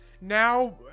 Now